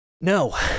No